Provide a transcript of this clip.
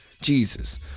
Jesus